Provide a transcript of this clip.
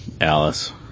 Alice